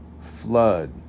flood